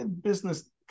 business